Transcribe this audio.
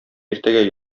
иртәгә